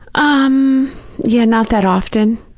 um yeah, not that often.